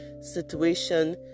Situation